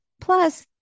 Plus